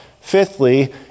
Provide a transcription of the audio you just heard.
fifthly